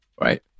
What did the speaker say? right